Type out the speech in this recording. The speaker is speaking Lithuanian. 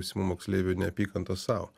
būsimų moksleivių neapykantos sau